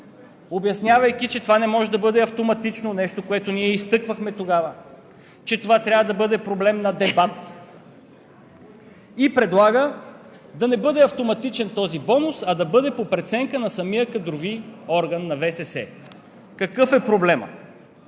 обяснявайки, че това не може да бъде автоматично – нещо, което ние изтъквахме тогава, че това трябва да бъде проблем на дебат. И предлага да не бъде автоматичен този бонус, а да бъде по преценка на самия кадрови орган – на ВСС. Какъв е проблемът?